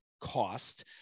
cost